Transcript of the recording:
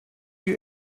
you